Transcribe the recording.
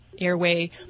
airway